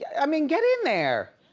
i mean, get in there.